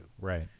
Right